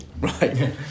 Right